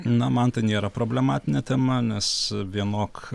na man tai nėra problematinė tema nes vienok